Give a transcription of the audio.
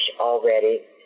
already